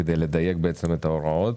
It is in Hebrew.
כדי לדייק את ההוראות.